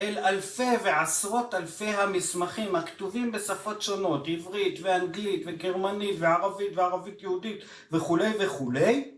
אל אלפי ועשרות אלפי המסמכים הכתובים בשפות שונות, עברית ואנגלית וגרמנית וערבית וערבית יהודית וכולי וכולי